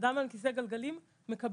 אדם על כיסא גלגלים מקבל